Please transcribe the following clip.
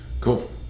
cool